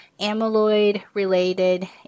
amyloid-related